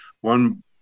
one